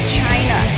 china